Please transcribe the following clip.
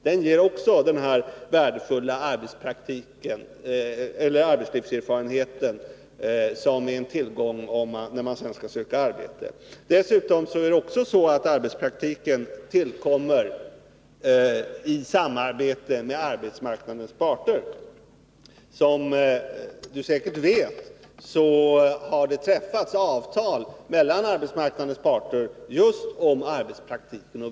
Den ger också denna värdefulla arbetslivserfarenhet som är en tillgång när man sedan skall söka arbete. Dessutom tillkommer arbetspraktiken i samarbete med arbetsmarknadens parter. Som Marianne Stålberg säkert vet har det träffats avtal mellan arbetsmarknadens parter just om arbetspraktiken.